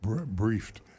briefed